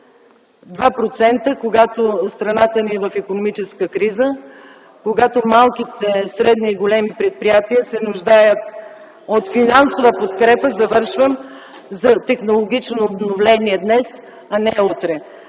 когато страната ни е в икономическа криза, когато малките, средните и големите предприятия се нуждаят от финансова подкрепа за технологично обновление днес, а не утре!